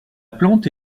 plante